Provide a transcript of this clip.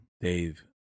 Dave